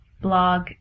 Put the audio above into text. blog